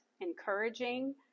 encouraging